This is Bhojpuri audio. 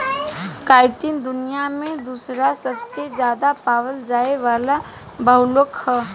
काइटिन दुनिया में दूसरा सबसे ज्यादा पावल जाये वाला बहुलक ह